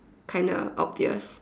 kinda obvious